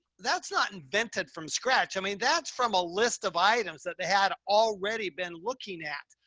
that's not invented from scratch. i mean, that's from a list of items that they had already been looking at.